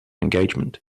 engagement